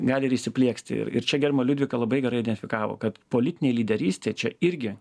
gali ir įsiplieksti ir ir čia gerbiama liudvika labai gerai idenfikavo kad politinė lyderystė čia irgi